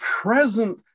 present